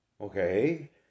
Okay